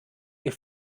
ihr